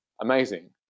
amazing